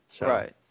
Right